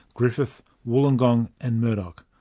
griffith, wollongong and murdoch.